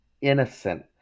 innocent